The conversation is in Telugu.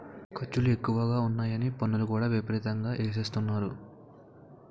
ఖర్చులు ఎక్కువగా ఉన్నాయని పన్నులు కూడా విపరీతంగా ఎసేత్తన్నారు